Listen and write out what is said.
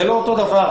זה לא אותו דבר.